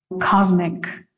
cosmic